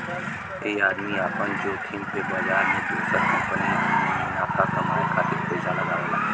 ई आदमी आपन जोखिम पे बाजार मे दुसर कंपनी मे मुनाफा कमाए खातिर पइसा लगावेला